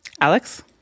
Alex